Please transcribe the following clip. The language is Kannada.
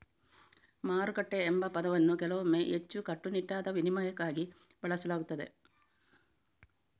ಮಾರುಕಟ್ಟೆ ಎಂಬ ಪದವನ್ನು ಕೆಲವೊಮ್ಮೆ ಹೆಚ್ಚು ಕಟ್ಟುನಿಟ್ಟಾದ ವಿನಿಮಯಕ್ಕಾಗಿ ಬಳಸಲಾಗುತ್ತದೆ